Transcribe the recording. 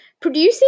producing